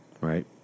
right